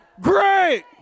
Great